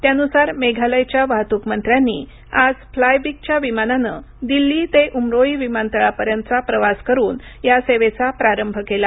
त्यानुसार मेघालयच्या वाहतूक मंत्र्यांनी आज फ्लायबिगच्या विमानानं दिल्ली ते उमरोई विमातळापर्यंतचा प्रवास करून या सेवेचा प्रारंभ केला